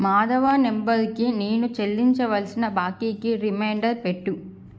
మాధవ నంబరుకి నేను చెల్లించవలసిన బాకీకి రిమైండర్ పెట్టు